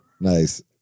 nice